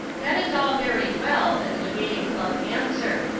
that is all very well as a debating-club answer,